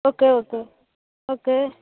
okay okay okay